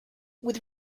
with